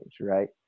right